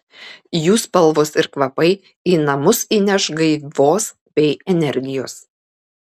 jų spalvos ir kvapai į namus įneš gaivos bei energijos